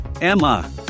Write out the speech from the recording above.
Emma